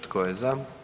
Tko je za?